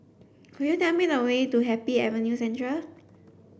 could you tell me the way to Happy Avenue Central